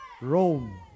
Rome